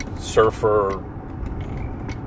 surfer